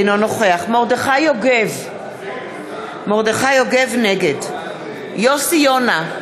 אינו נוכח מרדכי יוגב, נגד יוסי יונה,